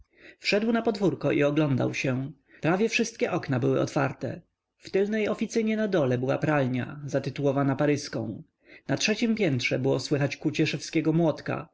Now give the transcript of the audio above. wszedł na podwórko i oglądał się prawie wszystkie okna były otwarte w tylnej oficynie na dole była pralnia zatytułowana paryską na trzeciem piętrze było słychać kucie szewskiego młotka